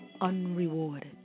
unrewarded